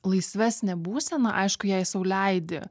laisvesnė būsena aišku jei sau leidi